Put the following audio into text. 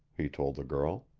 he told the girl.